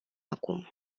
acum